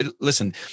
listen